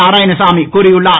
நாராயணசாமி கூறியுள்ளார்